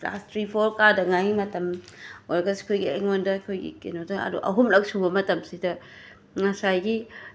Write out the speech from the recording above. class three four ꯀꯥꯗ ꯉꯥꯏꯔꯤ ꯃꯇꯝ ꯑꯣꯏꯔꯒꯁꯨ ꯑꯩꯈꯣꯏꯒꯤ ꯑꯩꯉꯣꯟꯗ ꯑꯩꯈꯣꯏꯒꯤ ꯑꯍꯨꯝꯂꯛ ꯁꯨꯕ ꯃꯇꯝꯁꯤꯗ ꯉꯁꯥꯏꯒꯤ